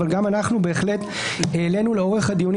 אבל גם אנחנו בהחלט העלינו לאורך הדיונים